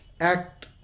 act